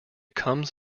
comes